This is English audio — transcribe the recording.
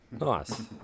Nice